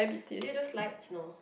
did you do slides no